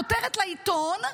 כותרת לעיתון,